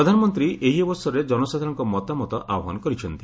ପ୍ରଧାନମନ୍ତ୍ରୀ ଏହି ଅବସରରେ ଜନସାଧାରଣଙ୍କ ମତାମତ ଆହ୍ୱାନ କରିଛନ୍ତି